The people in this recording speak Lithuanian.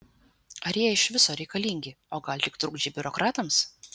ar jie iš viso reikalingi o gal tik trukdžiai biurokratams